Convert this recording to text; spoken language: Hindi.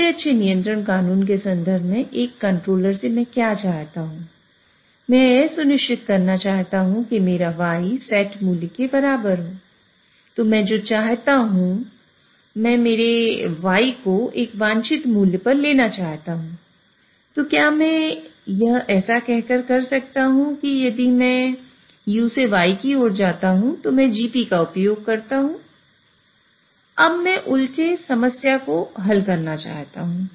सबसे अच्छे नियंत्रण कानून को हल करना चाहता हूं